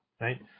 Right